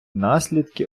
наслідки